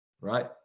right